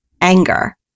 anger